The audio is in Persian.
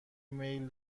میل